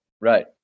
Right